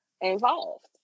involved